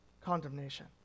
condemnation